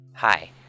Hi